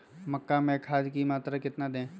मक्का में खाद की मात्रा कितना दे?